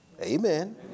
Amen